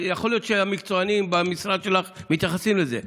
יכול להיות שהמקצוענים במשרד שלך מתייחסים לזה.